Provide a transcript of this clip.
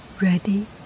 Ready